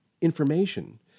information